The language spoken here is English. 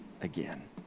again